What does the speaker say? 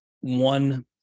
One